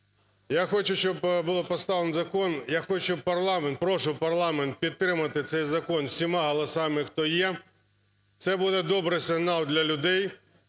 я хочу, щоб був поставлений закон, я хочу, щоб парламент, прошу парламент підтримати цей закон всіма голосами, хто є. Це буде добрий сигнал для людей.